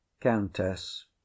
countess